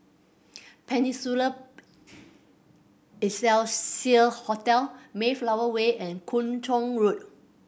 Peninsula Excelsior Hotel Mayflower Way and Kung Chong Road